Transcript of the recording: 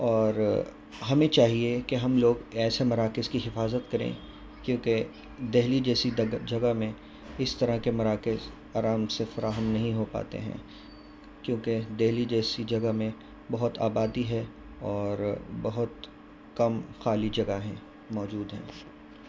اور ہمیں چاہیے کہ ہم لوگ ایسے مراکز کی حفاظت کریں کیونکہ دہلی جیسی دگہ جگہ میں اس طرح کے مراکز آرام سے فراہم نہیں ہو پاتے ہیں کیونکہ دہلی جیسی جگہ میں بہت آبادی ہے اور بہت کم خالی جگہیں موجود ہیں